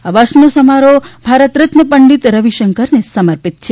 આ વર્ષનો સમારોહ ભારતરત્ન પંડિત રવિશંકરને સમર્પિત છે